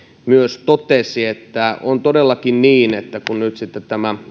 totesi on todellakin niin että kun tämä